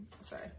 sorry